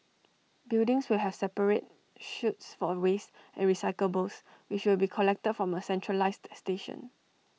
buildings will have separate chutes for waste and recyclables which will be collected from A centralised station